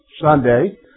Sunday